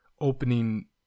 opening